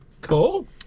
cool